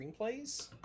screenplays